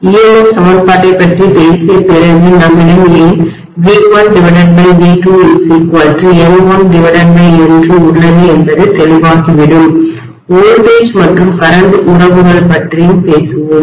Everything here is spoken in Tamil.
EMF சமன்பாட்டைப் பற்றிப் பேசிய பிறகுநம்மிடம் ஏன் V1V2N2N2 உள்ளது என்பது தெளிவாகிவிடும் மின்னழுத்தம் வோல்டேஜ் மற்றும்கரண்ட் உறவுகள் பற்றி பேசுவோம்